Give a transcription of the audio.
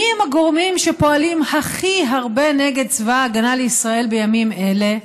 מיהם הגורמים שפועלים הכי הרבה נגד צבא הגנה לישראל בימים אלה?